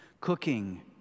Cooking